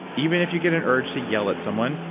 even if you get an urge to yell at someone,